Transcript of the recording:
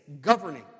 governing